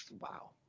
Wow